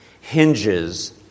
hinges